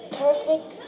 perfect